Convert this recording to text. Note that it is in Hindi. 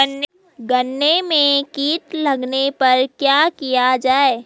गन्ने में कीट लगने पर क्या किया जाये?